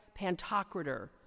Pantocrator